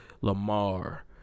Lamar